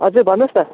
हजुर भन्नुहोस् न